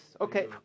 Okay